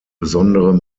besondere